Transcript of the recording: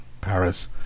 Paris